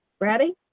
ready